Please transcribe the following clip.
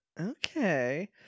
Okay